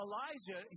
Elijah